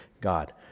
God